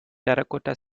terracotta